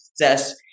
success